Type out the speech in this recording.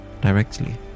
directly